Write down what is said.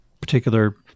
particular